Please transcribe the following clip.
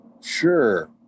Sure